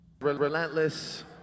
Relentless